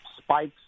spikes